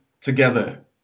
together